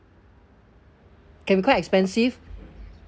can be quite expensive